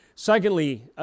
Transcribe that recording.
Secondly